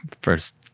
First